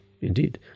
indeed